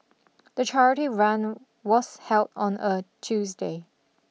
the charity run was held on a Tuesday